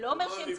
לא.